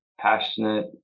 passionate